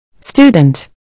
Student